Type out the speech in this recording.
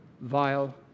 vile